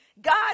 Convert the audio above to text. God